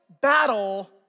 battle